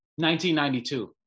1992